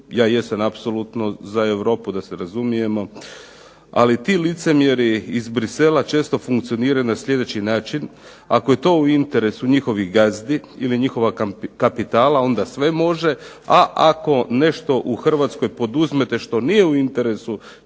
Ja jesam apsolutno za Europu, da se razumijemo, ali ti licemjeri iz Bruxellesa često funkcioniraju na sljedeći način. Ako je to u interesu njihovih gazdi ili njihova kapitala onda sve može, a ako nešto u Hrvatskoj poduzmete što nije u interesu